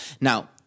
Now